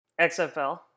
XFL